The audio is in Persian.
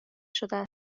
شده